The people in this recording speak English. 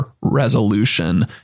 resolution